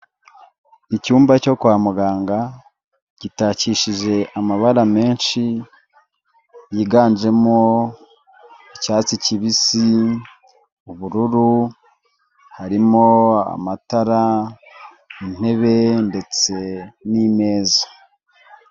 Icyumba cyo kwa muganga gitakishije amabara menshi yiganjemo icyatsi kibisi ,ubururu harimo amatara, intebe ndetse n'imeza.